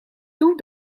toe